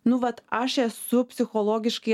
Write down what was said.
nu vat aš esu psichologiškai